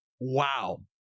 wow